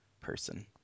person